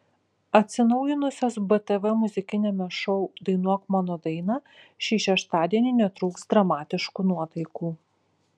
atsinaujinusios btv muzikiniame šou dainuok mano dainą šį šeštadienį netrūks dramatiškų nuotaikų